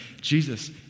Jesus